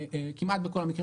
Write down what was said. כמעט בכל המקרים,